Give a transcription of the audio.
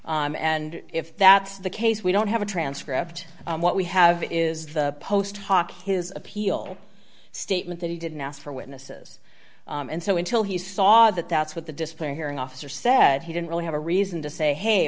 record and if that's the case we don't have a transcript what we have is the post hoc his appeal statement that he didn't ask for witnesses and so until he saw that that's what the display hearing officer said he didn't really have a reason to say hey